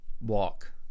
walk